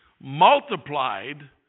multiplied